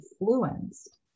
influenced